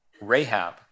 Rahab